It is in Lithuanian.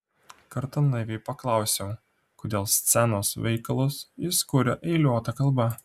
kartą naiviai paklausiau kodėl scenos veikalus jis kuria eiliuota kalba